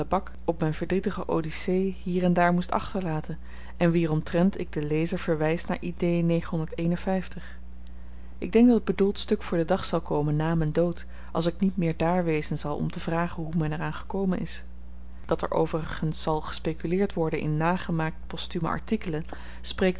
op m'n verdrietige odyssee hier en daar moest achterlaten en wieromtrent ik den lezer verwys naar ik denk dat bedoeld stuk voor den dag zal komen na m'n dood als ik niet meer daar wezen zal om te vragen hoe men er aan gekomen is dat er overigens zal gespekuleerd worden in nagemaakt posthume